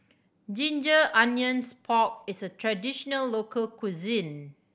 ginger onions pork is a traditional local cuisine